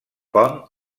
pont